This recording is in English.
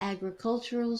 agricultural